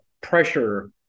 pressure